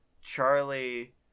Charlie